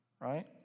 right